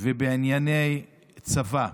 ובענייני צבא.